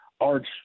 Arch